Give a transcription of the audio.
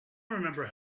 remember